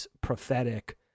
prophetic